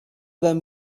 them